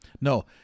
no